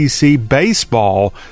baseball